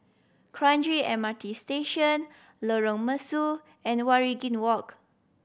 Kranji M R T Station Lorong Mesu and Waringin Walk